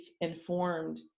informed